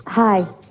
Hi